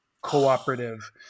cooperative